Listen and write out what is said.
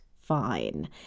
fine